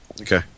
Okay